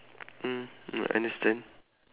mm mm understand